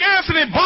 Anthony